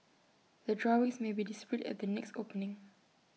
the drawings may be displayed at the next opening